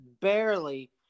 barely